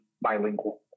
bilingual